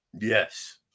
Yes